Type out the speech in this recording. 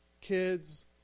kids